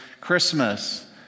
Christmas